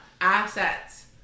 Assets